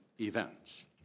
events